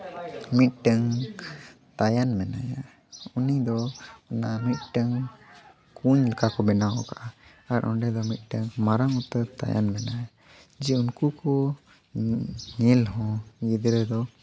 ᱢᱤᱫᱴᱟᱹᱝ ᱛᱟᱭᱟᱱ ᱢᱮᱱᱟᱭᱟ ᱩᱱᱤ ᱫᱚ ᱚᱱᱟ ᱢᱤᱫᱴᱟᱹᱝ ᱠᱩᱧ ᱞᱮᱠᱟ ᱠᱚ ᱵᱮᱱᱟᱣ ᱟᱠᱟᱜᱼᱟ ᱟᱨ ᱚᱸᱰᱮ ᱫᱚ ᱢᱤᱫᱴᱮᱱ ᱢᱟᱨᱟᱝ ᱩᱛᱟᱹᱨ ᱛᱟᱭᱟᱱ ᱢᱮᱱᱟᱭᱟ ᱡᱮ ᱩᱱᱠᱩ ᱠᱚ ᱧᱮᱞ ᱦᱚᱸ ᱜᱤᱫᱽᱨᱟᱹ ᱫᱚ